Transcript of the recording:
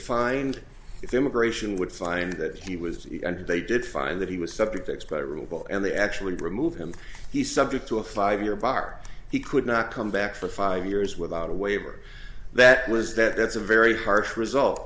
find if immigration would find that he was and they did find that he was subject to exploit rubel and they actually removed him he subject to a five year bar he could not come back for five years without a waiver that was that that's a very harsh result